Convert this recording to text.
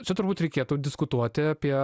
čia turbūt reikėtų diskutuoti apie